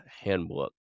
handbook